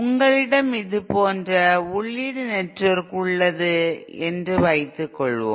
உங்களிடம் இது போன்ற உள்ளீட்டு நெட்வொர்க் உள்ளது என்று வைத்துக்கொள்வோம்